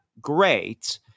great